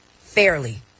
fairly